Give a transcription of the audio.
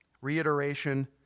reiteration